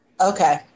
Okay